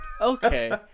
okay